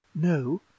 no